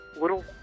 little